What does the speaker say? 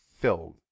filled